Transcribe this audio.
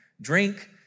drink